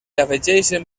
afegeixen